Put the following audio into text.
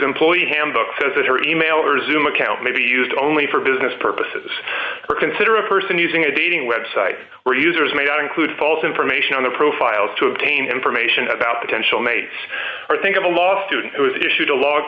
her email resume account may be used only for business purposes or consider a person using a dating website where users may not include false information on the profiles to obtain information about potential mates or think of a law student who has issued a log